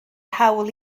hawl